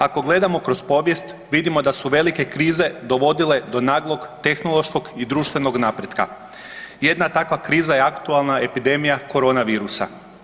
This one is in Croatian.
Ako gledamo kroz povijest vidimo da su velike krize dovodile do naglog tehnološkog i društvenog napretka, jedna tava kriza je aktualna epidemija korona virusa.